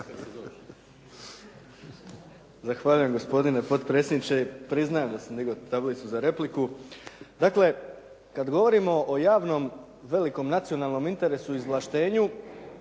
Zahvaljujem gospodine potpredsjedniče. Priznajem da sam digao tablicu za repliku. Dakle, kad govorimo o javnom velikom nacionalnom interesu izvlaštenju,